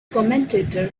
commentator